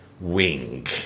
wing